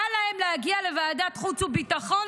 קל להם להגיע לוועדת החוץ והביטחון,